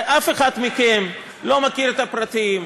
הרי אף אחד מכם לא מכיר את הפרטים,